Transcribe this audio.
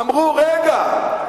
אמרו: רגע.